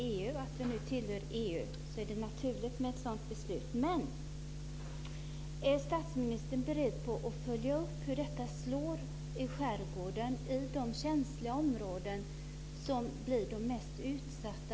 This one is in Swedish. Då vi nu tillhör EU är det naturligt med ett sådant beslut. Är statsministern beredd att följa upp hur detta slår på skärgården, de känsliga områden som blir de mest utsatta?